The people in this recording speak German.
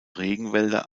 regenwälder